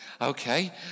Okay